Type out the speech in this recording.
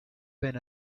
been